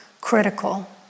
critical